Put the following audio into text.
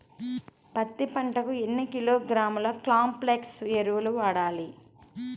పత్తి పంటకు ఎన్ని కిలోగ్రాముల కాంప్లెక్స్ ఎరువులు వాడాలి?